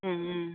ହୁଁ